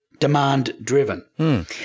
Demand-driven